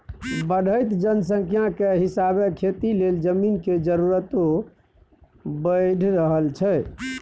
बढ़इत जनसंख्या के हिसाबे खेती लेल जमीन के जरूरतो बइढ़ रहल छइ